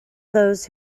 those